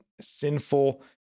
sinful